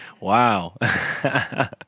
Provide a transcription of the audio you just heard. Wow